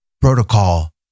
protocol